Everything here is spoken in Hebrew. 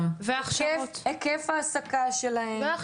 שהוא כאמור גם עם ההסכמים הקיבוציים שלנו הוא באזור המינימום,